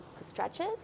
stretches